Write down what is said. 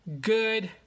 good